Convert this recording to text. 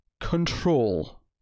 control